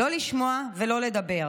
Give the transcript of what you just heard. לא לשמוע ולא לדבר.